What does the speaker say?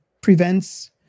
prevents